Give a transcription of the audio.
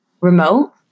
remote